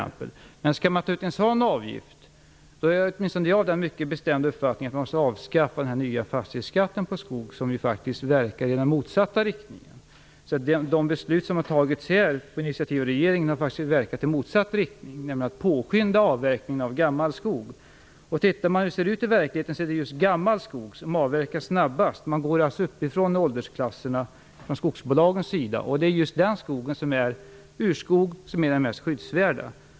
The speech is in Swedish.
Men skall man ta ut en sådan avgift är åtminstone jag av den mycket bestämda uppfattningen att man måste avskaffa den nya fastighetsskatten på skog. Den verkar ju faktiskt i den motsatta riktningen. De beslut som har fattats här på initiativ från regeringen har faktiskt verkat i motsatt riktning, nämligen att påskynda avverkningen av gammal skog. Om vi ser hur det ser ut i verkligheten är det just gammal skog som avverkas snabbast. Skogsbolagen går uppifrån i åldersklasserna. Det är just den skogen som är urskog och mest skyddsvärd.